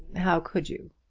how could you?